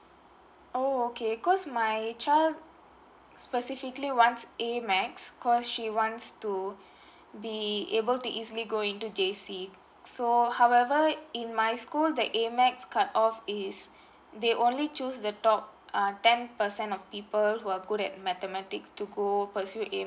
oh okay 'cos my child specifically wants 'A' maths 'cos she wants to be able to easily go into J_C so however in my school the 'A' maths cut off is they only choose the top uh ten percent of people who are good at mathematics to go pursue